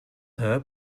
her